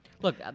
Look